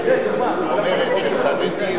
שאומרת שחרדי,